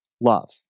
love